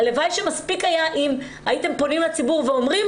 הלוואי שהיה מספיק אם הייתם פונים לציבור ואומרים